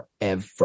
forever